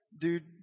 dude